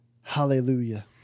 Hallelujah